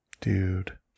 dude